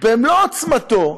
במלוא עוצמתו,